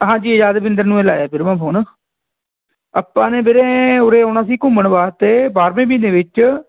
ਹਾਂਜੀ ਯਾਦਵਿੰਦਰ ਨੂੰ ਹੀ ਲਾਇਆ ਵੀਰ ਮੈਂ ਫੋਨ ਆਪਾਂ ਨੇ ਵੀਰੇ ਉਰੇ ਆਉਣਾ ਸੀ ਘੁੰਮਣ ਵਾਸਤੇ ਬਾਰ੍ਹਵੇਂ ਮਹੀਨੇ ਵਿੱਚ